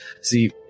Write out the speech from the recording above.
see